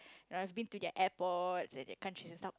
I have been to their airport and the country